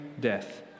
death